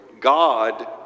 God